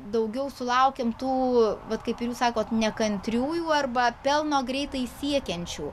daugiau sulaukiam tų vat kaip jūs sakot nekantriųjų arba pelno greitai siekiančių